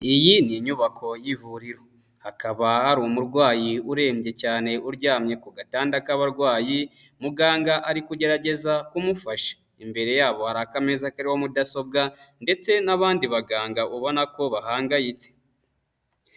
Iyi ni inyubako y'ivuriro hakaba hari umurwayi urembye cyane uryamye ku gatanda k'abarwayi muganga ari kugerageza kumufasha, imbere yabo hari akameza karimo mudasobwa ndetse n'abandi baganga ubona ko bahangayitse.